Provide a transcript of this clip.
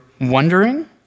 wondering